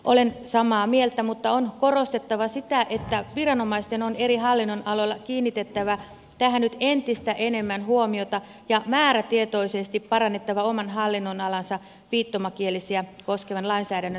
olen samaa mieltä mutta on korostettava sitä että viranomaisten on eri hallinnonaloilla kiinnitettävä tähän nyt entistä enemmän huomiota ja määrätietoisesti parannettava oman hallinnonalansa viittomakielisiä koskevan lainsäädännön toimeenpanoa